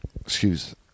excuse